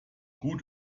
gut